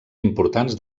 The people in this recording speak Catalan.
importants